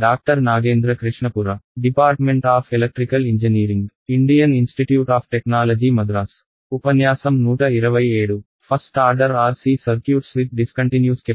Vs ను స్టెప్గా పరిగణిద్దాం 0 నుండి 5 వోల్టుల